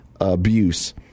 abuse